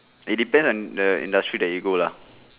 it depend on the industry that you go lah